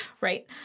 Right